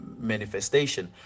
manifestation